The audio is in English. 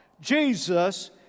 Jesus